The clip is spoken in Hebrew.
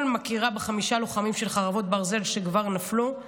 מכירה בחמישה לוחמים של חרבות ברזל שכבר נפלו.